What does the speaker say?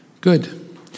good